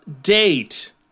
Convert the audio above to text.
date